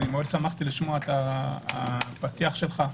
שמחתי לשמוע את הפתיח שלך,